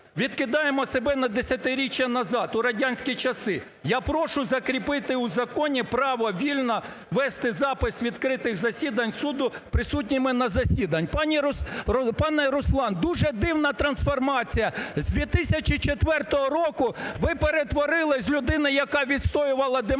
відкидаємо себе на десятиріччя назад, у радянські часи. Я прошу закріпити у законі право вільно вести запис відкритих засідань суду присутніми на засіданні. Пане Руслан, дуже дивна трансформація. З 2004 року ви перетворилась з людини, яка відстоювала демократію,